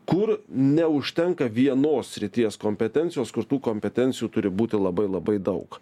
kur neužtenka vienos srities kompetencijos kur tų kompetencijų turi būti labai labai daug